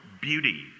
beauty